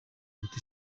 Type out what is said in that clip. guta